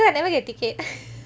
because I never get ticket